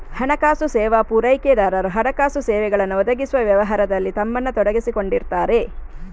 ಹಣಕಾಸು ಸೇವಾ ಪೂರೈಕೆದಾರರು ಹಣಕಾಸು ಸೇವೆಗಳನ್ನ ಒದಗಿಸುವ ವ್ಯವಹಾರದಲ್ಲಿ ತಮ್ಮನ್ನ ತೊಡಗಿಸಿಕೊಂಡಿರ್ತಾರೆ